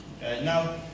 Now